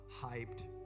hyped